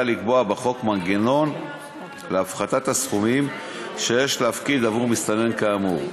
לקבוע בחוק מנגנון להפחתת הסכומים שיש להפקיד עבור מסתנן כאמור,